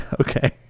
Okay